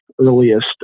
earliest